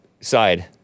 side